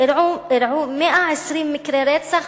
אירעו 120 מקרי רצח,